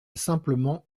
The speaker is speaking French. simplement